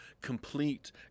complete